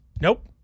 Nope